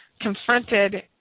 confronted